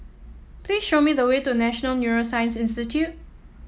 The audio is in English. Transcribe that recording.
please show me the way to National Neuroscience Institute